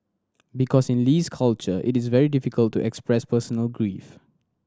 because in Lee's culture it is very difficult to express personal grief